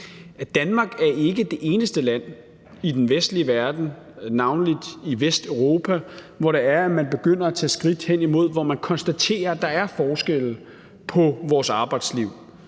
Danmark ikke er det eneste land i den vestlige verden, navnlig i Vesteuropa, hvor man begynder at tage skridt hen imod at konstatere, at der er forskelle på vores arbejdsliv.